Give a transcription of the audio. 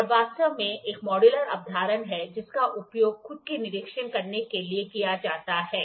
और वास्तव में एक मॉड्यूलर अवधारणा है जिसका उपयोग कुद के निरीक्षण करने के लिए किया जाता है